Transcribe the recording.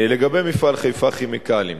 לגבי מפעל "חיפה כימיקלים",